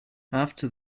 after